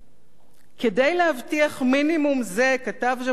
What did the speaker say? "כדי להבטיח מינימום זה" כתב ז'בוטינסקי,